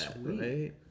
right